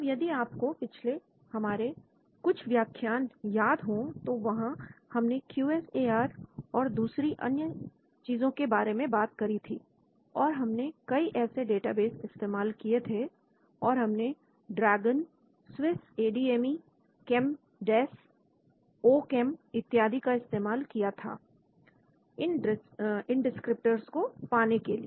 अब यदि आपको पिछले हमारे पिछले कुछ व्याख्यान याद हो तो वहां हमने क्यू एस ए आर और दूसरी अन्य चीजों के बारे में बात करी थी और हमने कई ऐसे डेटाबेस इस्तेमाल किए थे और हमने ड्रैगन SwissADME ChemDes Ochem इत्यादि का इस्तेमाल किया था इन डिस्क्रिप्टर्स को पाने के लिए